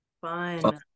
fun